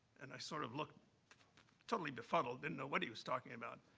and i sort of looked totally befuddled. didn't know what he was talking about.